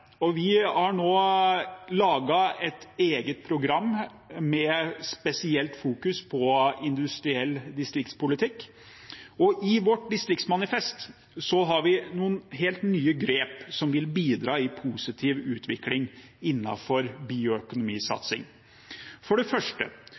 Vi har nå laget et eget program med spesielt fokus på industriell distriktspolitikk, og i vårt distriktsmanifest har vi noen helt nye grep som vil bidra til positiv utvikling